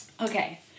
okay